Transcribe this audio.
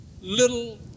little